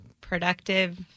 productive